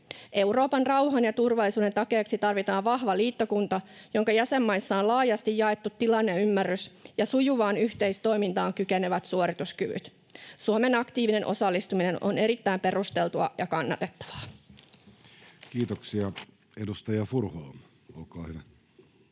Euroopan rauhan ja turvallisuuden takeeksi tarvitaan vahva liittokunta, jonka jäsenmaissa on laajasti jaettu tilanneymmärrys ja sujuvaan yhteistoimintaan kykenevät suorituskyvyt. Suomen aktiivinen osallistuminen on erittäin perusteltua ja kannatettavaa. [Speech 18] Speaker: Jussi Halla-aho